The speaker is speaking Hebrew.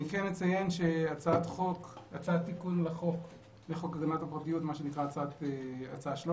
כן אציין שהצעת תיקון לחוק הגנת הפרטיות מה שנקראה הצעה 13